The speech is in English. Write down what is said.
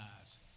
eyes